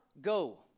go